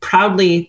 Proudly